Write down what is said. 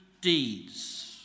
deeds